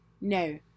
No